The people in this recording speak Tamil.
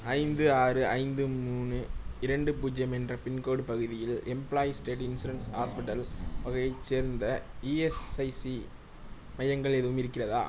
ஐந்து ஆறு ஐந்து மூணு இரண்டு பூஜ்ஜியம் என்ற பின்கோடு பகுதியில் எம்ப்ளாய்ஸ் ஸ்டேட் இன்சூரன்ஸ் ஹாஸ்பிட்டல் வகையைச் சேர்ந்த இஎஸ்ஐசி மையங்கள் எதுவும் இருக்கிறதா